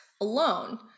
alone